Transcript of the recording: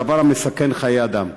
דבר המסכן חיי אדם?